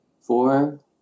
four